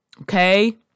Okay